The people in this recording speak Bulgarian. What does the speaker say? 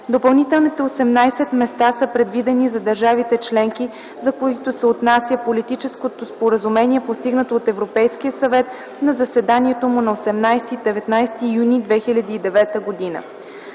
Допълнителните 18 места са предвидени за държавите членки, за които се отнася политическото споразумение, постигнато от Европейския съвет на заседанието му на 18 и 19 юни 2009 г.